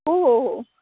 हो हो हो